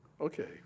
Okay